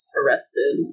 arrested